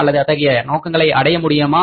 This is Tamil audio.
அல்லது அத்தகைய நோக்கங்களை அடைய முடியுமா